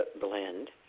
blend